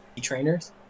trainers